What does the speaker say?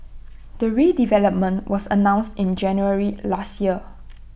the redevelopment was announced in January last year